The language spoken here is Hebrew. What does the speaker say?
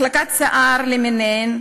החלקות שיער למיניהן